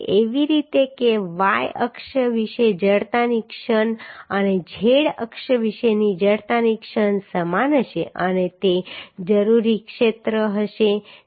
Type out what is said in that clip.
એવી રીતે કે Y અક્ષ વિશે જડતાની ક્ષણ અને Z અક્ષ વિશેની જડતાની ક્ષણ સમાન હશે અને તે જરૂરી ક્ષેત્ર હશે જે 90